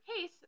case